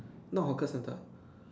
no hawker center